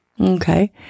Okay